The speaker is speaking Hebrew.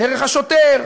דרך השוטר,